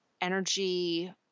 energy